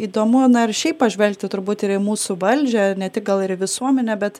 įdomu na ir šiaip pažvelgti turbūt ir į mūsų valdžią ne tik gal ir į visuomenę bet